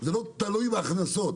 זה לא תלוי בהכנסות.